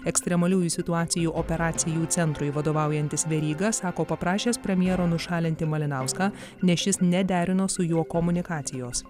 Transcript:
ekstremaliųjų situacijų operacijų centrui vadovaujantis veryga sako paprašęs premjero nušalinti malinauską nes šis nederino su juo komunikacijos